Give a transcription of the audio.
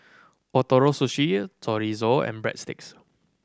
Ootoro Sushi Chorizo and Breadsticks